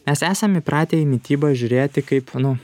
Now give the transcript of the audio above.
mes esam įpratę į mitybą žiūrėti kaip nu